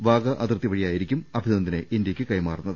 വാഗാ അതിർത്തി വഴിയായിരിക്കും അഭിനന്ദിനെ ഇന്തൃക്ക് കൈമാറുന്നത്